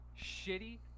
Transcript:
Shitty